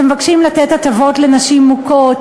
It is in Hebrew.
שמבקשים לתת הטבות לנשים מוכות,